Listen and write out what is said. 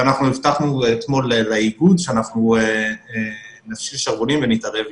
אנחנו הבטחנו אתמול לאיגוד שאנחנו נפשיל שרוולים ונתערב.